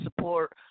support